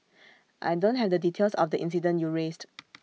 I don't have the details of the incident you raised